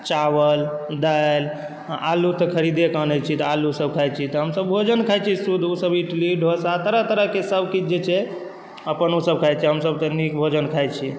चावल दालि आलु तऽ खरीदेके आनै छी तऽ आलु सभ हमसभ खाई छी तऽ हमसभ भोजन खाई छी शुद्ध ओ सभ इडली डोसा तरह तरहके जे सभ किछु छै अपन ओ सभ खाई छै हमसभ तऽ नीक भोजन खाई छी